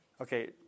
Okay